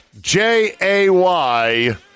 J-A-Y